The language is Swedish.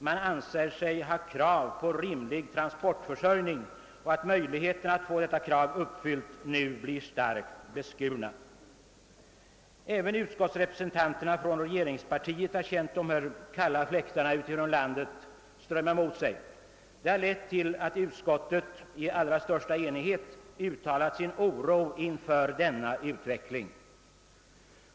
Man anser sig ha krav på rimlig transporiförsörjning och fruktar att möjligheterna att få detta krav uppfyllt nu blir starkt beskurna. Även utskottsrepresentanterna från regeringspartiet har känt dessa kalla fläktar utifrån landet strömma mot sig. Det har lett till att utskottet i allra största enighet uttalat oro inför denna utveckling.